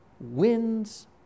wins